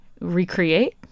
recreate